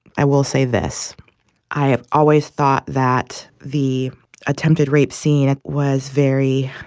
i will say this i have always thought that the attempted rape scene was very